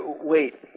Wait